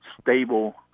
stable